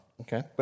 Okay